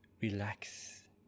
relax